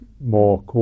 more